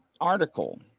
article